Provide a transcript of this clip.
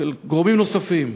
ושל גורמים נוספים,